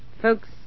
Folks